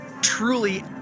truly